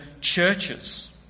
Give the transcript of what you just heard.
churches